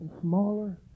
smaller